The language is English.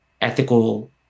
ethical